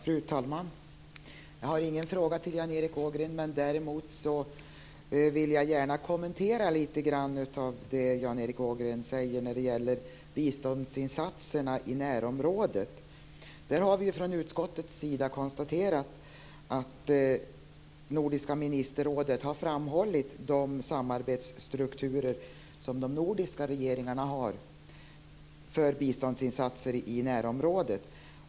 Fru talman! Jag har ingen fråga till Jan Erik Ågren. Däremot vill jag gärna kommentera lite grann av det som Jan Erik Ågren sade om biståndsinsatserna i närområdet. Vi har från utskottets sida konstaterat att Nordiska ministerrådet har framhållit de samarbetsstrukturer som de nordiska regeringarna har för biståndsinsatser i närområdet.